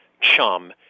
chum